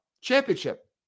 championship